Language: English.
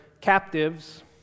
captives